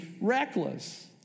reckless